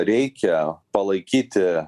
reikia palaikyti